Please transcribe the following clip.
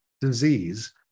disease